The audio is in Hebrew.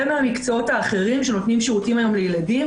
מהמקצועות האחרים שנותנים שירותים לילדים.